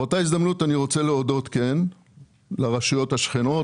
באותה הזדמנות אני רוצה להודות לרשויות השכנות